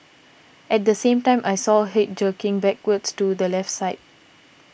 at the same time I saw head jerking backwards to the left side